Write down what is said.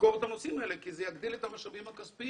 לחקור את הנושאים האלה כי זה יגדיל את המשאבים הכספיים.